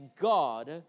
God